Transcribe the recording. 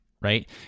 right